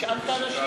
תשאל את האנשים,